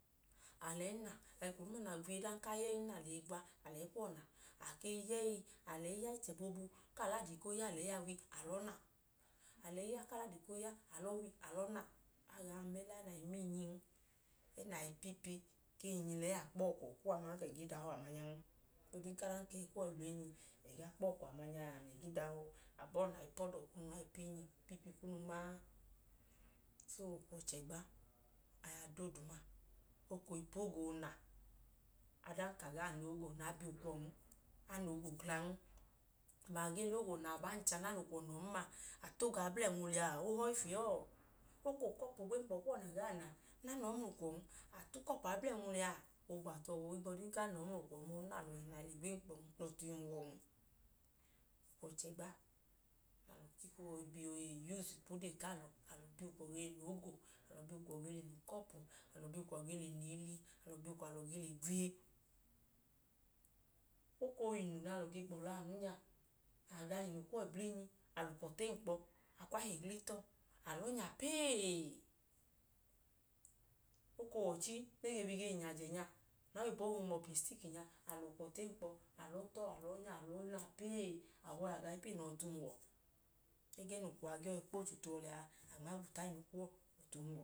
A le eyi na. Eko doodu na gwiye adanka a ya ẹyin, a lẹ ẹyi uwọ na. A ke ya ẹyi i, a lẹ ẹyi ya ichẹ boobu ku aladi koo ya a, a lẹ ẹyi a wi, a lọọ na. A lẹ ẹyi ẹẹ ku aladi koo ya boobu, a lọọ na. A gaa ma ẹla ẹẹ nẹ a ma ma inyin. Ẹẹ nẹ a i pipi ku inyilẹyi akpọkọ kuwọ aman ka ẹga idahọ amanyan. Ohin ka ọdanka ili kuwọ le blinyi ẹga akpọkọ nya mla ẹga idahọ, abọọ na gaa po ọdọ kunu nma ipu inyi ge pipi kunu nma a. So, o chẹgba aya dooduma. O koo wẹ ipu ogo oona. Adanka a gaa na ogo nẹ a bi ukwọn, a na ogo glan. Abaa gee lẹ ogo na abọ ancha, nẹ a lẹ ukwọ na ọọn ma, a ta ogo a bla ẹnwu liya, o họyi fiyọọ. O koo wẹ ukọpu ogwa enkpọ kuwọ nẹ a gaa na nẹ a nọọ mla ukwọn, a ta ukọpu a bla ẹnwu liya, oogba tu uwọ ohigbọdi ka a na ọọ lọhin ma, a le gwa enkpọ nẹ ọtu i huwọnukwọ chẹgba nẹ alọ chika oole yuusi ipu odee ku alọ. Alọ bi ukwọ ge le na ogo, alọ bi ukwọ ge le na ukọpu, alọ bi ukwọ alọ ge le na ili, alọ bi ukwọ alọge le gwiye. O koo wẹ inu nẹ alọ ge gbọla anu nya, inu kuwọ i blinyi, a lẹ ukwọ tu enkpọ, a kwu ahingli i ta ọọ, a lẹ ọọ nya pee. O koo wẹ ọchi ne ge bi le nyajẹ nya, nẹ aoyibo hi lẹ umọpin stiki nya, a lẹ ukwọ tu enkpọ, a lẹ ọọ, a lọọ nya pee. Awọ abọhiyuwọ a ga ipu nu a, ọtu huwọ. Ẹgẹẹ nẹ ukwọ a ge yọi kpochu tu uwọ lẹ a, a maa gwuta inu kuwọ, ọtu huwọ.